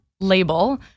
label